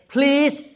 Please